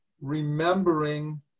remembering